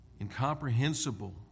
incomprehensible